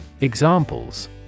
Examples